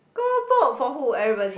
keropok for who everybody